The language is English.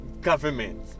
government